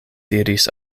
diris